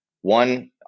One